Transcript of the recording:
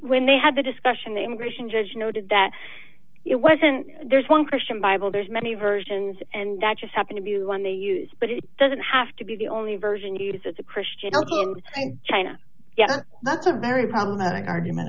when they had the discussion the immigration judge noted that it wasn't there's one christian bible there's many versions and that just happen to be one they use but it doesn't have to be the only version you use it's a christian china yeah that's a very problematic argument